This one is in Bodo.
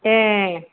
ए